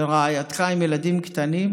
ורעייתך עם ילדים קטנים,